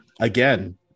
again